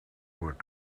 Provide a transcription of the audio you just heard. what